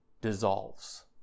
dissolves